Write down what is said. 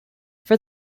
for